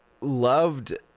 loved